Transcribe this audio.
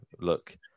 look